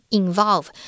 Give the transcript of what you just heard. involve